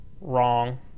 wrong